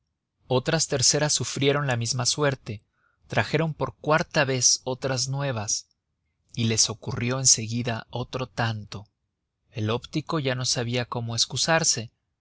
otras terceras sufrieron la misma suerte trajeron por cuarta vez otras nuevas y les ocurrió en seguida otro tanto el óptico no sabía ya cómo excusarse